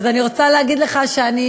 אז אני רוצה להגיד לך שלא